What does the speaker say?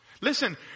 listen